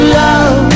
love